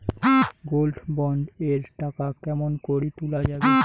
Gold bond এর টাকা কেমন করি তুলা যাবে?